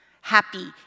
Happy